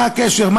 מה הקשר?